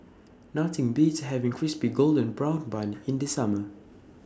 Nothing Beats having Crispy Golden Brown Bun in The Summer